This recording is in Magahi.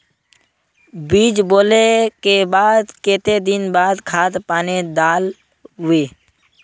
बीज बोले के बाद केते दिन बाद खाद पानी दाल वे?